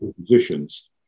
positions